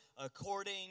According